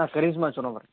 ಹಾಂ ಕರೀಜ್ಮಾ ಚಲೋ ಬರ್ತೈತೆ ಸರ್